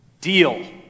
Deal